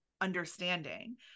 understanding